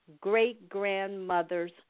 great-grandmother's